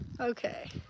Okay